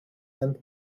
and